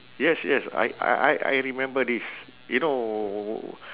yes yes I I I I remember this you know